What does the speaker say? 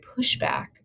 pushback